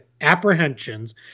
apprehensions